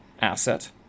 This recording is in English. asset